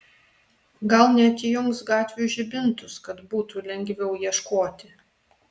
gal net įjungs gatvių žibintus kad būtų lengviau ieškoti